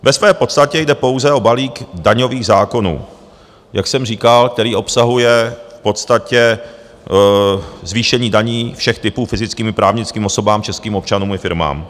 Ve své podstatě jde pouze o balík daňových zákonů, jak jsem říkal, který obsahuje v podstatě zvýšení daní všech typů fyzickým i právnickým osobám, českým občanům i firmám.